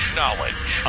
knowledge